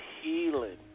healing